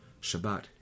Shabbat